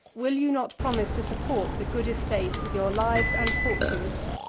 will you not promise to support the good estate with your lives and fortunes?